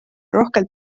rohkelt